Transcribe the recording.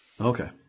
Okay